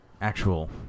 Actual